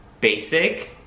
basic